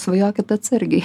svajokit atsargiai